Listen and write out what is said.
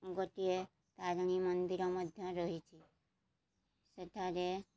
ଗୋଟିଏ ତାରିଣୀ ମନ୍ଦିର ମଧ୍ୟ ରହିଛି ସେଠାରେ